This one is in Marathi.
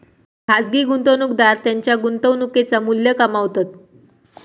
खाजगी गुंतवणूकदार त्येंच्या गुंतवणुकेचा मू्ल्य कमावतत